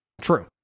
True